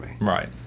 Right